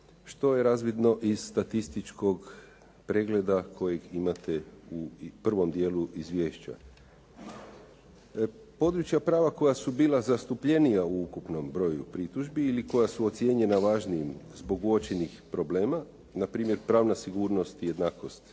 što je razvidno iz statističkog pregleda kojeg imate u prvom dijelu izvješća. Područja prava koja su bila zastupljenija u ukupnom broju pritužbi ili koja su ocijenjena važnijim zbog uočenih problema, na primjer pravna sigurnost i jednakost